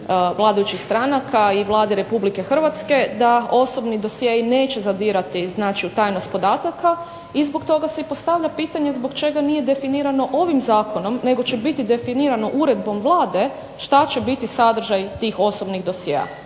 vladajućih stranaka i Vladi RH da osobni dosjei neće zadirati znači u tajnost podataka i zbog toga se i postavlja pitanje zbog čega nije definirano ovim zakonom nego će biti definiranom uredbom Vlade što će biti sadržaj tih osobnih dosjea.